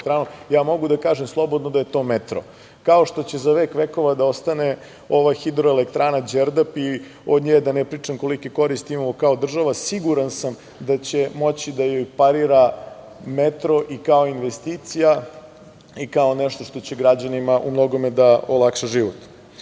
ja mogu da kažem slobodno da je to metro, kao što će za vek vekova da ostane ova Hidroelektrana „Đerdap“ i od nje, da ne pričam kolike koristi imamo kao država, siguran sam da će moći da joj parira metro i kao investicija i kao nešto što će građanima u mnogome da olakša